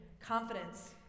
confidence